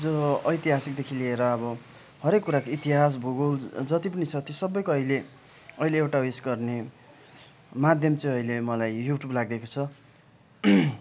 जो ऐतिहासिकदेखि लिएर अब हरएक कुराको इतिहास भूगोल जति पनि छ त्यो सबैको अहिले अहिले एउटा ऊ यस गर्ने माध्यम चाहिँ अहिले मलाई यु ट्युब लागेको छ